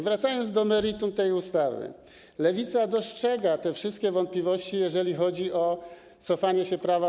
Wracając do meritum tej ustawy, Lewica dostrzega te wszystkie wątpliwości, jeśli chodzi o cofanie się prawa.